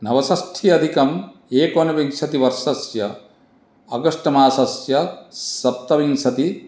नवषष्ठ्यधिकं एकोनविंशतिवर्षस्य आगस्ट् मासस्य सप्तविंशतिः